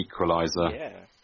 equaliser